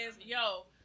yo